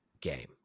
game